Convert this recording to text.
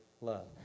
love